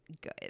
good